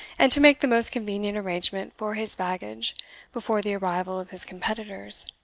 and to make the most convenient arrangement for his baggage before the arrival of his competitors.